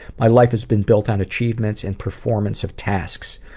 my life has been built on achievements and performance of tasks.